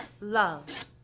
Love